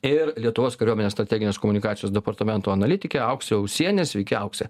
ir lietuvos kariuomenės strateginės komunikacijos departamento analitikė auksė usienė sveiki aukse